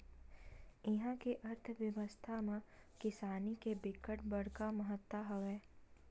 इहा के अर्थबेवस्था म किसानी के बिकट बड़का महत्ता हवय